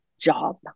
job